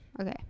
okay